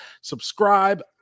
subscribe